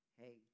hey